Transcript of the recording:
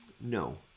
No